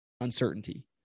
uncertainty